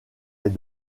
est